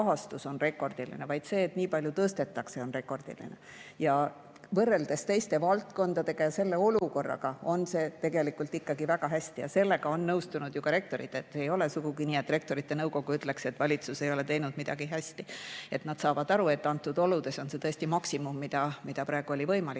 rahastus on rekordiline, vaid see, et nii palju tõstetakse, on rekordiline. Võrreldes teiste valdkondadega ja valitsevas olukorras on see tegelikult ikkagi väga hästi ja sellega on nõustunud ka rektorid. Ei ole sugugi nii, et Rektorite Nõukogu ütleks, et valitsus ei ole teinud midagi hästi. Nad saavad aru, et praeguses oludes on see tõesti maksimum, mida oli võimalik